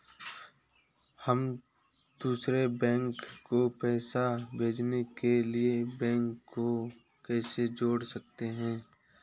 हम दूसरे बैंक को पैसे भेजने के लिए बैंक को कैसे जोड़ सकते हैं?